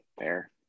Fair